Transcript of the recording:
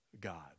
God